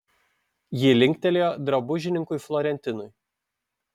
ji linktelėjo drabužininkui florentinui